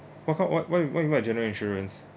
what kind what what what you mean by general insurance